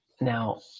Now